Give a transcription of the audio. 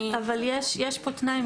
אני --- אבל יש פה תנאי,